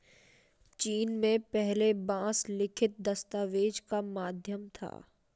चीन में पहले बांस लिखित दस्तावेज का माध्यम था